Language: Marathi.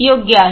योग्य आहे